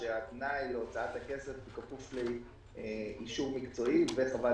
שהתנאי להוצאת הכסף בכפוף לאישור מקצועי וחוות